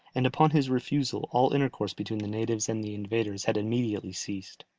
and upon his refusal all intercourse between the natives and the invaders had immediately ceased.